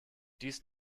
dies